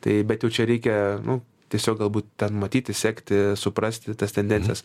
tai bet jau čia reikia nu tiesiog galbūt ten matyti sekti suprasti tas tendencijas